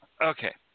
Okay